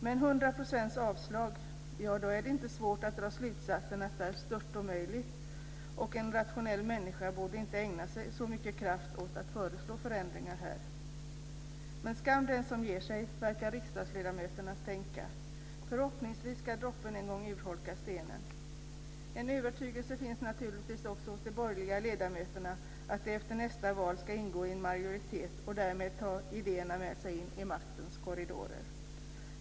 Men hundra procents avslag - ja då är det inte svårt att dra slutsatsen att detta är stört omöjligt, och att en rationell människa inte borde ägna så mycket kraft åt att föreslå förändringar här. Men skam den som ger sig, verkar riksdagsledamöterna tänka. Förhoppningsvis ska droppen en gång urholka stenen. En övertygelse finns naturligtvis också hos de borgerliga ledamöterna om att de efter nästa val ska ingå i en majoritet och därmed ta idéerna med sig in i maktens korridorer.